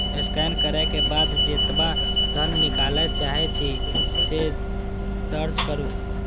scan करै के बाद जेतबा धन निकालय चाहै छी, से दर्ज करू